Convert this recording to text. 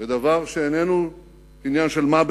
בדבר שאיננו עניין של מה בכך,